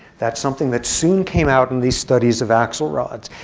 that's something that soon came out in these studies of axelrod's.